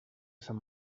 sant